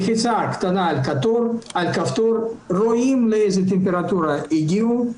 לחיצה קטנה על כפתור ורואים לאיזו טמפרטורה הגיעו.